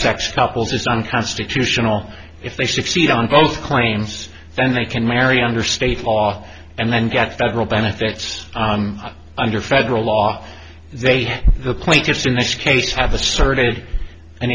sex couples is unconstitutional if they succeed on both claims then they can marry under state law and then get federal benefits under federal law they have the plaintiffs in this case have asserted an